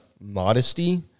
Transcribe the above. modesty